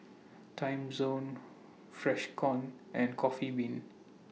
Timezone Freshkon and Coffee Bean